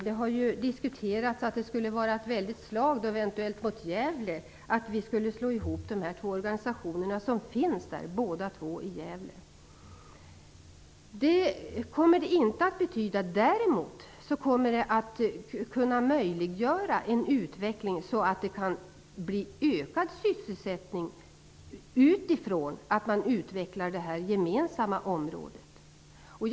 Det har sagts att det skulle vara ett slag mot staden Gävle att slå ihop de två organisationerna. Det blir inte så. Däremot kommer sammanslagningen att möjliggöra en utveckling så att det kan bli en ökad sysselsättning med utgångspunkt i att det gemensamma området utvecklas.